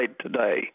today